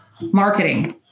Marketing